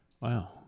Wow